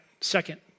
second